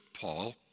Paul